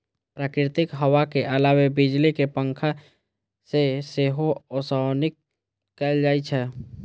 प्राकृतिक हवा के अलावे बिजली के पंखा से सेहो ओसौनी कैल जाइ छै